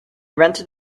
rented